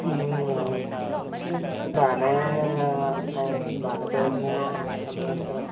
బాగానే బాగానే చదువుతున్నాను అంటున్నారు సార్